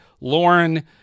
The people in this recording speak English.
Lauren